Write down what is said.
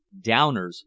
Downers